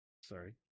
sorry